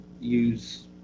use